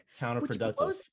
counterproductive